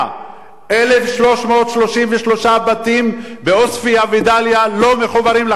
1,333 בתים בעוספיא ודאליה לא מחוברים לחשמל.